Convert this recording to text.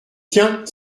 tiens